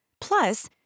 Plus